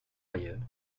ailleurs